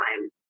time